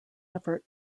effort